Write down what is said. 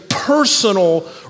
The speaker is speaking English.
personal